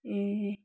ए